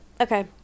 Okay